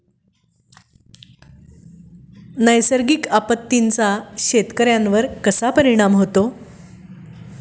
नैसर्गिक आपत्तींचा शेतकऱ्यांवर कसा परिणाम होतो?